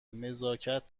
نزاکت